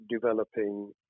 developing